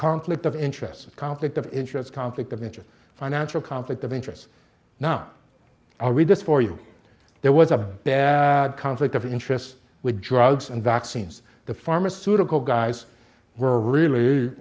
conflict of interests conflict of interest conflict of interest financial conflict of interests now i'll read this for you there was a bare conflict of interests with drugs and vaccines the pharmaceutical guys were really